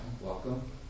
Welcome